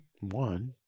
One